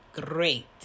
great